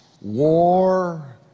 War